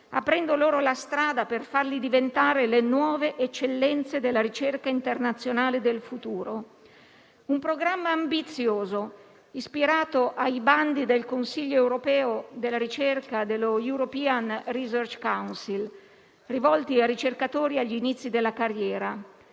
aprendo loro la strada per farli diventare le nuove eccellenze della ricerca internazionale del futuro. Un programma ambizioso, ispirato ai bandi del Consiglio europeo della ricerca, l'European research council (ERC), rivolti a ricercatori agli inizi della carriera.